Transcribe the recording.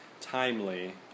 timely